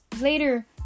later